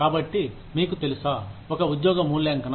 కాబట్టి మీకు తెలుసా ఒక ఉద్యోగ మూల్యాంకనం